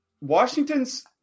Washington's